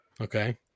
Okay